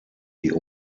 die